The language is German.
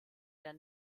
der